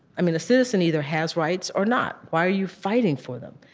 i mean the citizen either has rights or not. why are you fighting for them?